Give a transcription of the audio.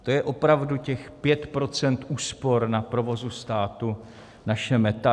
To je opravdu těch 5 % úspor na provozu státu naše meta?